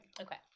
Okay